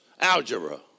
algebra